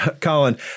Colin